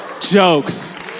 jokes